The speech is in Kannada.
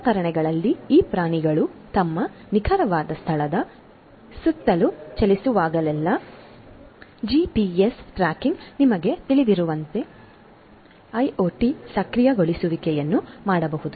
ಸಲಕರಣೆಗಳಲ್ಲಿ ಈ ಪ್ರಾಣಿಗಳು ತಮ್ಮ ನಿಖರವಾದ ಸ್ಥಳದ ಸುತ್ತಲೂ ಚಲಿಸುವಾಗಲೆಲ್ಲಾ ಜಿಪಿಎಸ್ ಟ್ರ್ಯಾಕಿಂಗ್ ನಿಮಗೆ ತಿಳಿದಿರುವಂತೆ ಐಒಟಿ ಸಕ್ರಿಯಗೊಳಿಸುವಿಕೆಯನ್ನು ಮಾಡಬಹುದು